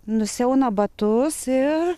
nusiauna batus ir